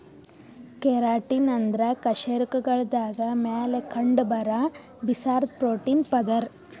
keratin ಅಂದ್ರ ಕಶೇರುಕಗಳ್ದಾಗ ಮ್ಯಾಲ್ ಕಂಡಬರಾ ಬಿರ್ಸಾದ್ ಪ್ರೋಟೀನ್ ಪದರ್